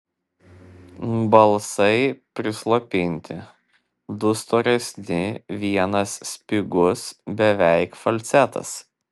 balsai prislopinti du storesni vienas spigus beveik falcetas